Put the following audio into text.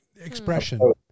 expression